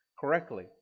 correctly